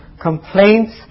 Complaints